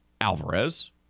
Alvarez